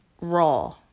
raw